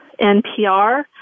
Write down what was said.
NPR